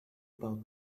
about